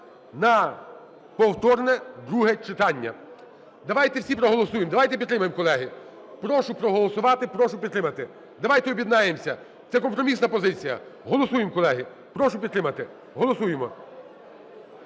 на повторне друге читання. Давайте всі проголосуємо. Давайте підтримаєм, колеги. Прошу проголосувати. Прошу підтримати. Давайте об'єднаємося. Це компромісна позиція. Голосуємо, колеги. Прошу підтримати. Голосуємо!